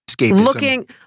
looking